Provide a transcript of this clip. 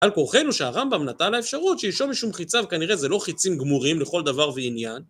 על כורחנו שהרמב״ם נטע לאפשרות שאשה משום חיצה וכנראה זה לא חיצים גמורים לכל דבר ועניין.